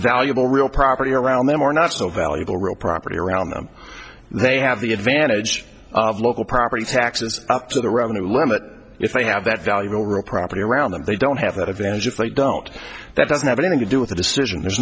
valuable real property around them or not so valuable real property around them they have the advantage of local property taxes up to the revenue limit if they have that valuable real property around them they don't have that advantage if they don't that doesn't have anything to do with the decision there's